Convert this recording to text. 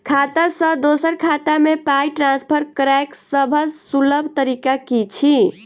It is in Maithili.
खाता सँ दोसर खाता मे पाई ट्रान्सफर करैक सभसँ सुलभ तरीका की छी?